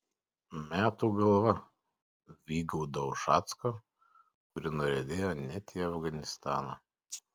metų galva vygaudo ušacko kuri nuriedėjo net į afganistaną